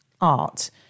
art